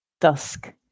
dusk